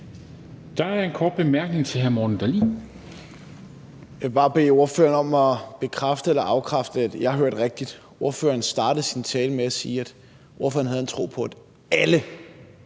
Der er en kort bemærkning til hr. Morten Dahlin. Kl. 19:55 Morten Dahlin (V): Jeg vil bare bede ordføreren om at bekræfte eller afkræfte, at jeg hørte rigtigt, nemlig at ordføreren startede sin tale med at sige, at ordføreren har en tro på, at alle